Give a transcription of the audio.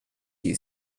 you